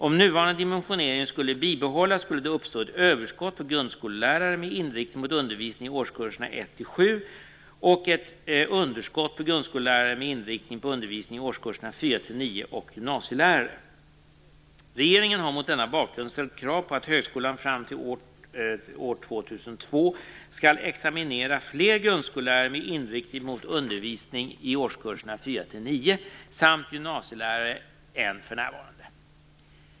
Om nuvarande dimensionering skulle bibehållas skulle det uppstå ett överskott på grundskollärare med inriktning mot undervisning i årskurserna 1-7 och ett underskott på grundskollärare med inriktning på undervisning i årskurserna 4-9 och gymnasielärare. Regeringen har mot denna bakgrund ställt krav på att högskolan fram till år 2002 skall examinera fler grundskollärare med inriktning mot undervisning i årskurserna 4-9 samt gymnasielärare än för närvarande.